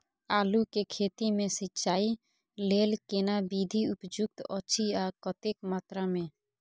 आलू के खेती मे सिंचाई लेल केना विधी उपयुक्त अछि आ कतेक मात्रा मे?